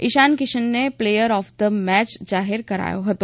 ઇશાન કિશનને player of the match જાહેર કરાયો હતો